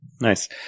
Nice